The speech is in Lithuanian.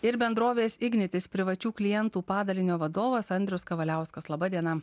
ir bendrovės ignitis privačių klientų padalinio vadovas andrius kavaliauskas laba diena